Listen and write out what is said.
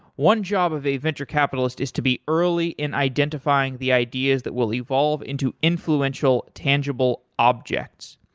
one job of a venture capitalist is to be early in identifying the ideas that will evolve into influential tangible objects.